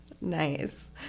Nice